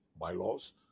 bylaws